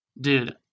dude